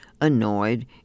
annoyed